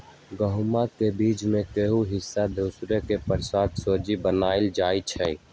गहुम के बीच में के हिस्सा दर्रा से पिसके सुज्ज़ी बनाएल जाइ छइ